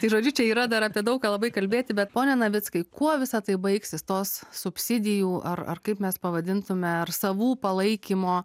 tai žodžiu čia yra dar apie daug ką labai kalbėti bet pone navickai kuo visa tai baigsis tos subsidijų ar ar kaip mes pavadintume ar savų palaikymo